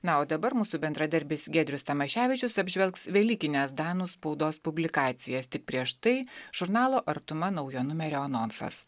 na o dabar mūsų bendradarbis giedrius tamaševičius apžvelgs velykines danų spaudos publikacijas tik prieš tai žurnalo artuma naujo numerio anonsas